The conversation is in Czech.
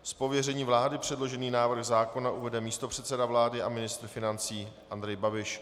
Z pověření vlády předložený návrh zákona uvede místopředseda vlády a ministr financí Andrej Babiš.